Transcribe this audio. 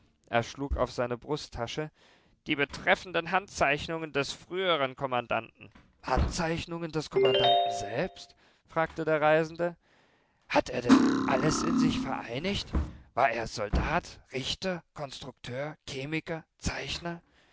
er schlug auf seine brusttasche die betreffenden handzeichnungen des früheren kommandanten handzeichnungen des kommandanten selbst fragte der reisende hat er denn alles in sich vereinigt war er soldat richter konstrukteur chemiker zeichner